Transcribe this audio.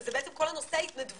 שזה בעצם כל הנושא ההתנדבותי,